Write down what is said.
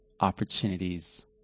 opportunities